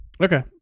okay